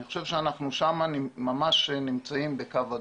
אני חושב שאנחנו שם ממש נמצאים בקו אדום.